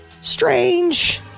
strange